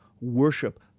worship